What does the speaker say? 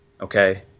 Okay